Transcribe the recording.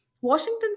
Washington